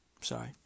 Sorry